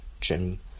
Jim